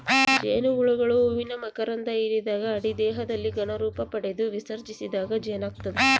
ಜೇನುಹುಳುಗಳು ಹೂವಿನ ಮಕರಂಧ ಹಿರಿದಾಗ ಅಡಿ ದೇಹದಲ್ಲಿ ಘನ ರೂಪಪಡೆದು ವಿಸರ್ಜಿಸಿದಾಗ ಜೇನಾಗ್ತದ